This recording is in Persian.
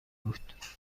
بود